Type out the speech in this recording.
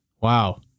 Wow